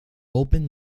opened